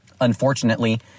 Unfortunately